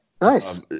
nice